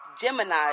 Gemini